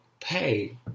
pay